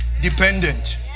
dependent